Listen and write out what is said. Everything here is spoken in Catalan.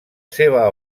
seva